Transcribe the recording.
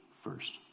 first